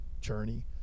journey